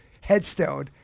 headstone